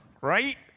right